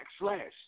backslash